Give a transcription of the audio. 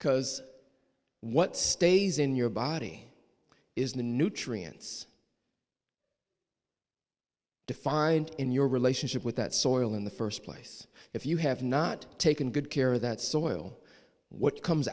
because what stays in your body is in the nutrients defined in your relationship with that soil in the first place if you have not taken good care that soil what comes